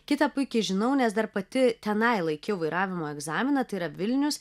kitą puikiai žinau nes dar pati tenai laikiau vairavimo egzaminą tai yra vilnius